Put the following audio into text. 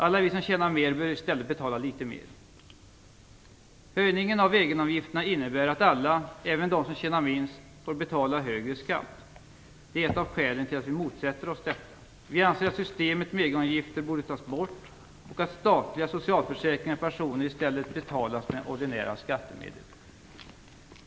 Alla vi som tjänar mer bör istället betala litet mer. även de som tjänar minst - får betala högre skatt. Det är ett av skälen till att vi motsätter oss detta. Vi anser att systemet med egenavgifter borde tas bort, och att statliga socialförsäkringar och pensioner i stället betalas med ordinära skattemedel.